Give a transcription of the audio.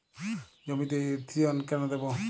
জমিতে ইরথিয়ন কেন দেবো?